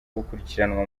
gukurikiranwa